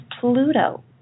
Pluto